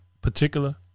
particular